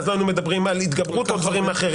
לא היינו מדברים על התגברות או על דברים אחרים.